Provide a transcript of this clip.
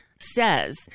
says